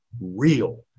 real